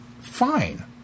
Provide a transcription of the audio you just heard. Fine